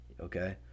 okay